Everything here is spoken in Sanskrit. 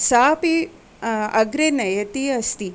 सापि अग्रे नयती अस्ति